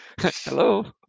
Hello